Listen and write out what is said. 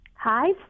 Hi